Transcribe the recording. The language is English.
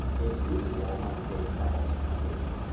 it's usual among engaged couples, i pleaded.